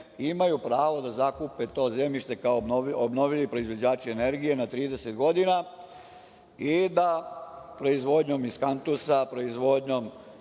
imaju pravo da zakupe to zemljište kao obnovljivi proizvođači energije na 30 godina i da proizvodnjom iz kantusa, proizvodnjom